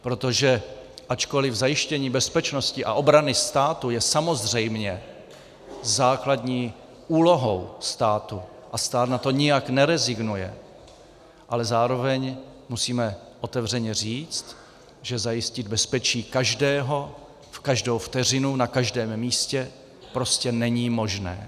Protože ačkoliv zajištění bezpečnosti a obrany státu je samozřejmě základní úlohou státu a stát na to nijak nerezignuje, zároveň ale musíme otevřeně říct, že zajistit bezpečí každého v každou vteřinu na každém místě prostě není možné.